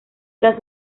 tras